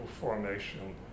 formation